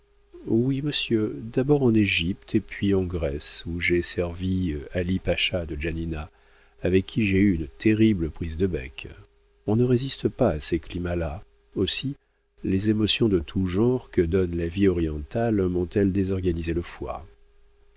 l'orient oui monsieur d'abord en égypte et puis en grèce où j'ai servi ali pacha de janina avec qui j'ai eu une terrible prise de bec on ne résiste pas à ces climats là aussi les émotions de tout genre que donne la vie orientale m'ont-elles désorganisé le foie